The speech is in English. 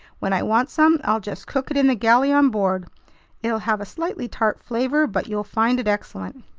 when i want some, i'll just cook it in the galley on board it'll have a slightly tart flavor, but you'll find it excellent.